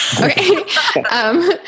Okay